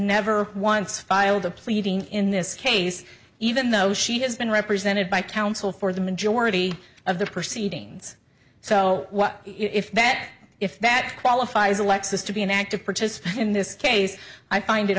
never once filed a pleading in this case even though she has been represented by counsel for the majority of the proceedings so what if that if that qualifies alexis to be an active participant in this case i find it